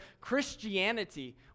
Christianity